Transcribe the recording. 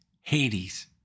Hades